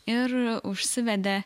ir užsivedė